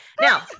Now